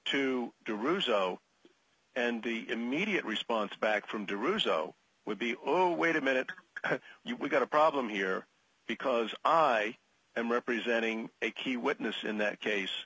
the immediate response back from to russo would be only wait a minute we've got a problem here because i am representing a key witness in that case